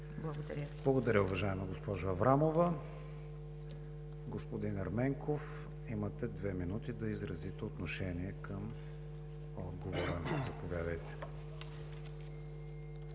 ВИГЕНИН: Благодаря, уважаема госпожо Аврамова. Господин Ерменков, имате две минути да изразите отношение км отговора. Заповядайте.